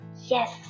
Yes